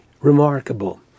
remarkable